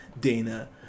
Dana